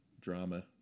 drama